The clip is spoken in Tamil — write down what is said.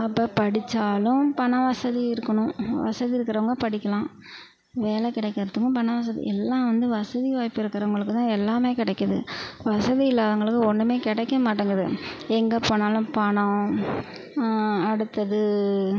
அப்போ படித்தாலும் பண வசதி இருக்கணும் வசதி இருக்கிறவங்க படிக்கெலாம் வேலை கிடைக்கிறதுக்கும் பண வசதி எல்லாம் வந்து வசதி வாய்ப்பு இருக்கிறவங்களுக்கு தான் எல்லாமே கிடைக்கிது வசதி இல்லாதவர்களுக்கு ஒன்றுமே கிடைக்க மாட்டேங்குது எங்கே போனாலும் பணம் அடுத்தது